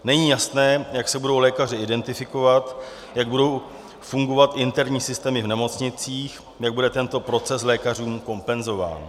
Není jasné, jak se budou lékaři identifikovat, jak budou fungovat interní systémy v nemocnicích, jak bude tento proces lékařům kompenzován.